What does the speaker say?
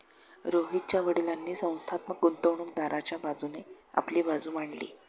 रोहितच्या वडीलांनी संस्थात्मक गुंतवणूकदाराच्या बाजूने आपली बाजू मांडली